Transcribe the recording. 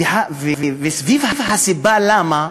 וסביב הסיבה למה,